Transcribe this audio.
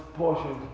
portion